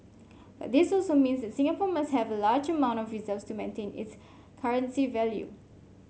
but this also means that Singapore must have a large amount of reserves to maintain its currency value